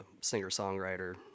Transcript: singer-songwriter